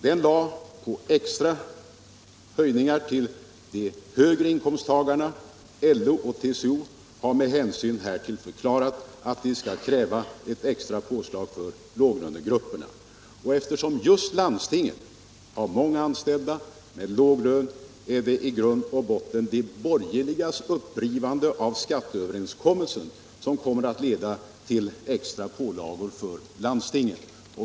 Den lade på extra höjningar till de högre inkomsttagarna. LO och TCO har med hänsyn härtill förklarat att de skall kräva ett extra påslag för låglönegrupperna. Eftersom just landstingen har många anställda inom låglönegrupperna, är det i grund och botten de borgerligas upprivande av skatteöverenskommelsen som kommer att leda till extra pålagor för landstingen.